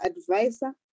Advisor